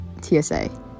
TSA